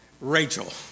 Rachel